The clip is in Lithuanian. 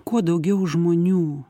kuo daugiau žmonių